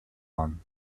one